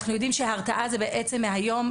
אנחנו יודעים שההרתעה זה בעצם מהיום,